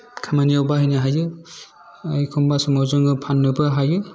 खामानियाव बाहायनो हायो आरो एखम्बा समाव जोङो फान्नोबो हायो